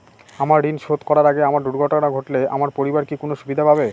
আমার ঋণ শোধ করার আগে আমার দুর্ঘটনা ঘটলে আমার পরিবার কি কোনো সুবিধে পাবে?